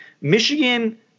Michigan